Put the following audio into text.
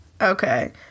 Okay